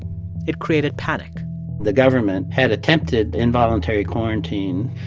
it created panic the government had attempted involuntary quarantine,